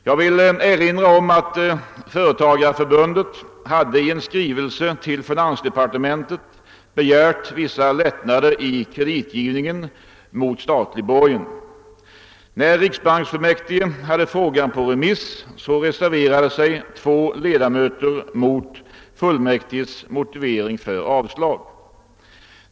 Jag vill erinra om att Företagareförbundet i en skrivelse till finansdepartementet hade begärt vissa lättnader i kreditgivningen mot statlig borgen. När riksbanksfullmäktige hade frågan på remiss, reserverade sig två ledamöter mot fullmäktiges motivering för avslag.